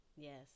Yes